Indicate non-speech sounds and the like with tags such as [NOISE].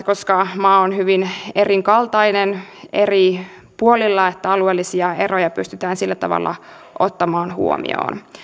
[UNINTELLIGIBLE] koska maa on hyvin erikaltainen eri puolilla alueellisia eroja pystytään sillä tavalla ottamaan huomioon